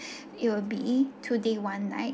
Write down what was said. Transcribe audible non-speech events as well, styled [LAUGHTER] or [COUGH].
[BREATH] it'll be a two day one night